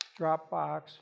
Dropbox